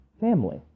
family